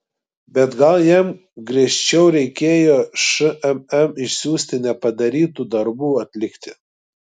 bet gal jam griežčiau reikėjo šmm išsiųsti nepadarytų darbų atlikti